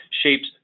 shapes